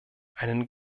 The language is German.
einen